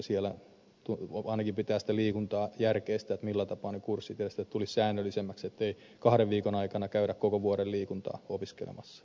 siellä ainakin pitää sitä liikuntaa järkeistää millä tapaa ne kurssit järjestetään että se tulisi säännöllisemmäksi ettei kahden viikon aikana käydä koko vuoden liikuntaa opiskelemassa